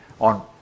on